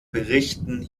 berichten